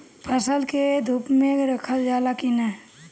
फसल के धुप मे रखल जाला कि न?